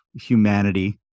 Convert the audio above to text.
humanity